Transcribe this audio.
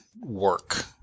work